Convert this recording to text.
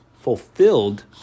fulfilled